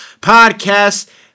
podcast